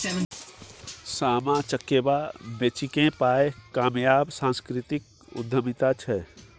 सामा चकेबा बेचिकेँ पाय कमायब सांस्कृतिक उद्यमिता छै